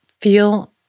feel